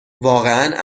واقعا